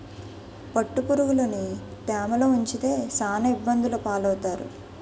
పట్టుపురుగులుని తేమలో ఉంచితే సాన ఇబ్బందులు పాలవుతారు